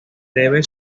debe